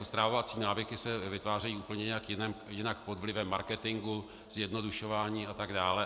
Stravovací návyky se vytvářejí nějak úplně jinak pod vlivem marketingu, zjednodušování a tak dále.